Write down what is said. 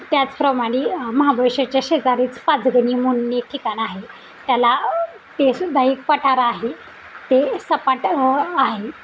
त्याचप्रमाणे महाबळेश्वरच्या शेजारीच पाचगणी म्हणून एक ठिकाण आहे त्याला ते सुद्धा एक पठार आहे ते सपाट आहे